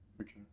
Okay